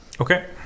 Okay